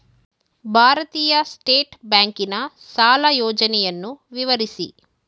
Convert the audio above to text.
ಭಾರತೀಯ ಸ್ಟೇಟ್ ಬ್ಯಾಂಕಿನ ಸಾಲ ಯೋಜನೆಯನ್ನು ವಿವರಿಸಿ?